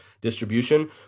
distribution